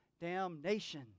damnation